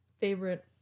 favorite